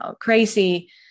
crazy